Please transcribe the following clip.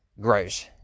grows